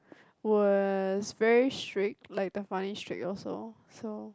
was very strict like the funny strict also so